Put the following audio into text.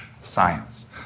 science